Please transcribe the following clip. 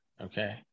okay